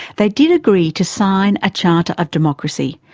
they did agree to sign a charter of democracy,